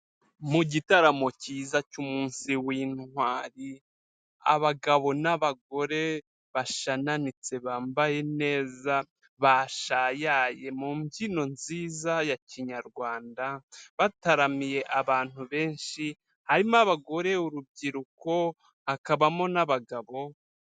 Mu gitaramo cyiza cy'umunsi w'intwari, abagabo n'abagore bashanananitse bambaye neza, bashayaye mu mbyino nziza ya kinyarwanda, bataramiye abantu benshi, harimo abagore, urubyiruko, hakabamo n'abagabo.